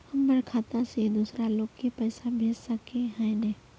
हमर खाता से दूसरा लोग के पैसा भेज सके है ने?